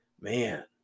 Man